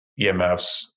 emfs